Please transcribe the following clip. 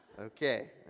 Okay